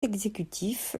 exécutif